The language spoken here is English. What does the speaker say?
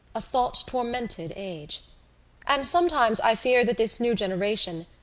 a thought-tormented age and sometimes i fear that this new generation,